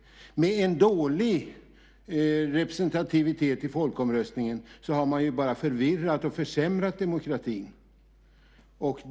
Med en dålig representativitet i folkomröstningen har man bara förvirrat och försämrat demokratin.